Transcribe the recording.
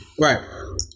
Right